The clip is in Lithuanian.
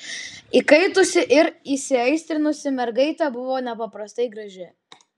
įkaitusi ir įsiaistrinusi mergaitė buvo nepaprastai graži